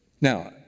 Now